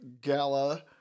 gala